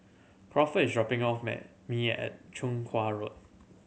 Crawford is dropping off me at Chong Kuo Road